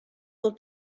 will